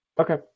Okay